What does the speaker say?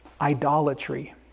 Idolatry